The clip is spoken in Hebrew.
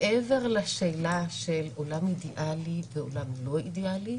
מעבר לשאלה של עולם אידיאלי ועולם לא אידיאלי,